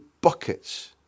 buckets